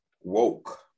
woke